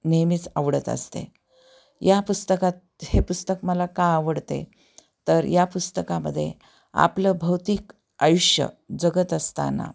नेहमीच आवडत असते या पुस्तकात हे पुस्तक मला का आवडते तर या पुस्तकामध्ये आपलं भौतिक आयुष्य जगत असताना